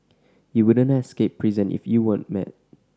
you wouldn't escape prison if you weren't mad